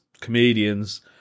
comedians